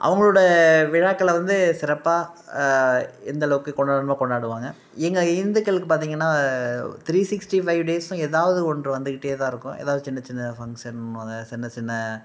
அவங்களோட விழாக்களை வந்து சிறப்பாக எந்த அளவுக்கு கொண்டாடுனோ கொண்டாடுவாங்க எங்கள் இந்துக்களுக்கு பார்த்தீங்கன்னா த்ரீ சிக்ஸ்டி ஃபைவ் டேஸும் ஏதாவது ஒன்று வந்துக்கிட்டே தான் இருக்கும் ஏதாவது சின்ன சின்ன ஃபங்க்ஷன்னுவாங்க சின்ன சின்ன